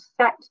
set